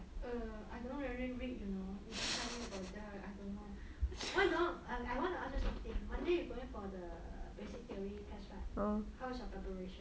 err I don't really read you know you don't tell me about that I don't know why not I want to ask you something monday you going for the basic theory test right how is your preparation